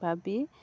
ভাবি